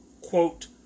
quote